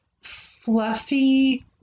fluffy